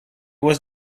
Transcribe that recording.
was